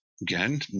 again